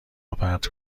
روپرت